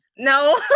no